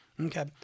Okay